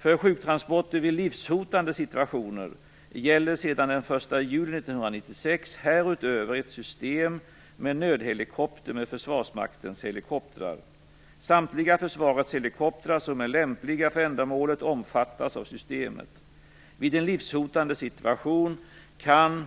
För sjuktransporter vid livshotande situationer gäller sedan den 1 juli 1996 härutöver ett system med nödhelikopter med Försvarsmaktens helikoptrar. Samtliga försvarets helikoptrar som är lämpliga för ändamålet omfattas av systemet. Vid en livshotande situation kan